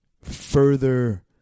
further